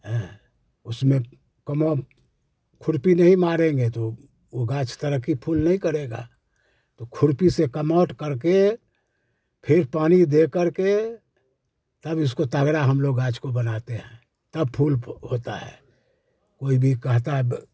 हैं उसमें कमाम खुरपी नहीं मारेंगे तो वो वह घाँस तरक़्क़ी फूल नहीं करेंगे तो खुरपी से कमौट कर के फिर पानी दे कर के तब इसको तगड़ा हम लोग गाछ को बनाते हैं तब फूल पो होता है कोई भी कहता है ब